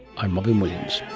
i'm robyn williams